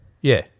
Yeah